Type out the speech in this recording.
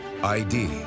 ID